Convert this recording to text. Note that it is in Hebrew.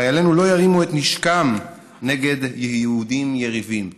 חיילנו לא ירימו את נשקם נגד יהודים יריבים,